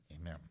amen